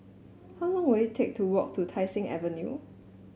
how long will it take to walk to Tai Seng Avenue